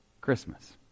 Christmas